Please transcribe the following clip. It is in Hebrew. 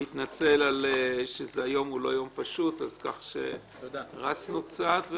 אני מתנצל שהיום הוא לא יום פשוט, אז רצנו קצת.